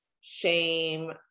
shame